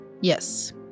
Yes